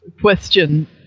question